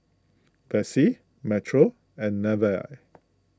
Vessie Metro and Nevaeh